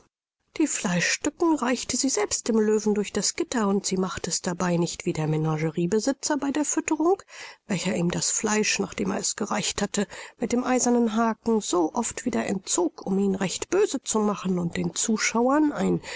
die fleischstücken reichte sie selbst dem löwen durch das gitter und sie machte es dabei nicht wie der menageriebesitzer bei der fütterung welcher ihm das fleisch nachdem er es gereicht hatte mit dem eisernen haken so oft wieder entzog um ihn recht böse zu machen und den zuschauern ein